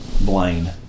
Blaine